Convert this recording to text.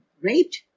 raped